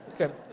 Okay